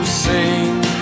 sing